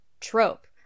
trope